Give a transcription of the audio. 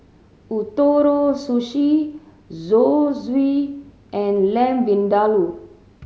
Ootoro Sushi Zosui and Lamb Vindaloo